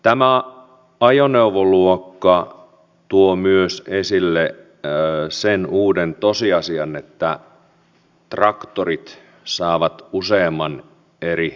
tämä ajoneuvoluokka tuo myös esille sen uuden tosiasian että traktorit saavat useamman eri luokituksen